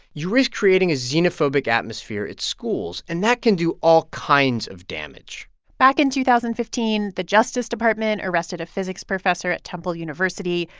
you risk creating a xenophobic atmosphere at schools. and that can do all kinds of damage back in two thousand and fifteen, the justice department arrested a physics professor at temple university.